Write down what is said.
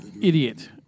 idiot